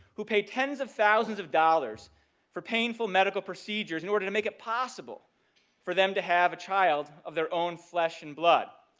who pay tens of thousands of dollars for painful medical procedures in order to make it possible for them to have a child of their own flesh and blood.